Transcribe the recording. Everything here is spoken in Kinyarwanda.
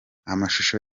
amashusho